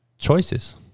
choices